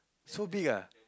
so big ah